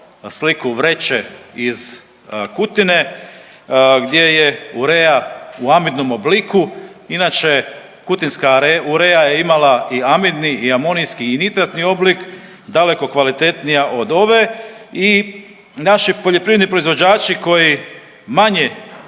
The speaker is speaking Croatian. sliku vreće iz Kutine gdje je urea u amidnom obliku. Inače kutinska urea je imala i amidni i amonijski i nitratni oblik, daleko kvalitetnija od ove i naši poljoprivredni proizvođači koji manje